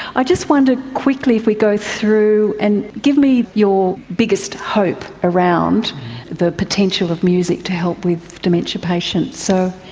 i just wonder, quickly, if we go through and give me your biggest hope around the potential of music to help with dementia patients. so